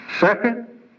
Second